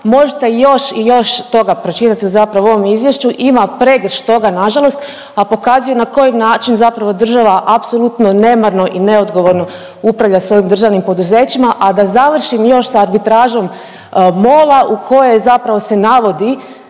možete još i još toga pročitati zapravo u ovom izvješću ima pregršt toga nažalost, a pokazuje na koji način zapravo država apsolutno nemarno i neodgovorno upravlja svojim državnim poduzećima. A da završim još s arbitražom MOL-a u koje zapravo se navodi